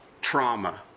trauma